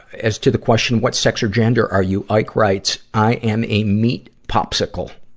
as to the question, what sex or gender are you, ike writes, i am a meat popsicle.